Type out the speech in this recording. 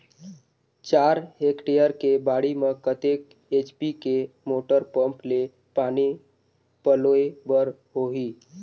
चार हेक्टेयर के बाड़ी म कतेक एच.पी के मोटर पम्म ले पानी पलोय बर होही?